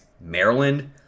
Maryland